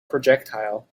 projectile